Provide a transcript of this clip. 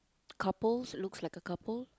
couples look like a couple